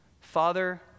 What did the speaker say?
Father